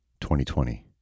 2020